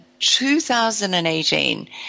2018